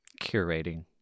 curating